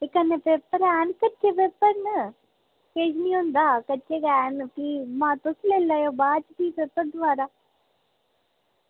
ते कन्नै पेपर हैन कच्चे पेपर न किस निं होंदा कच्चे गै न भी ते बाद च पेपर तुस लेई लैयो दोबारा